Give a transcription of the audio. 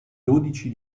dodici